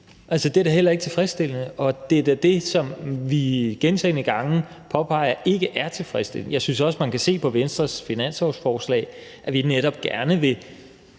Altså, det er da heller ikke tilfredsstillende, og det er da det, som vi gentagne gange påpeger ikke er tilfredsstillende. Jeg synes også, at man kan se på Venstres finanslovsforslag, at vi netop gerne vil